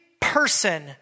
person